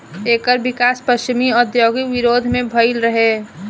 एकर विकास पश्चिमी औद्योगिक विरोध में भईल रहे